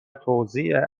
توزیع